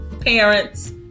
parents